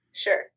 Sure